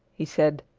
he said.